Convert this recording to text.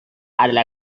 adalah